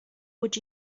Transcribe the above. would